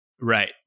right